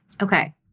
okay